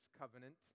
covenant